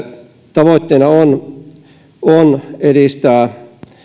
tavoitteena on on edistää